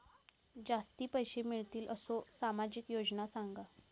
जास्ती पैशे मिळतील असो सामाजिक योजना सांगा?